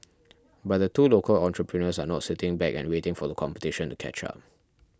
but the two local entrepreneurs are not sitting back and waiting for the competition to catch up